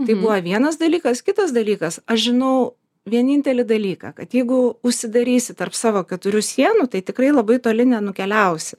tai buvo vienas dalykas kitas dalykas aš žinau vienintelį dalyką kad jeigu užsidarysi tarp savo keturių sienų tai tikrai labai toli nenukeliausi